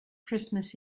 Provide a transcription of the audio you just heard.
christmas